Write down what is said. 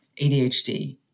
ADHD